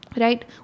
right